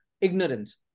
ignorance